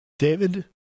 David